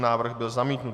Návrh byl zamítnut.